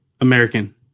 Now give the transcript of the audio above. American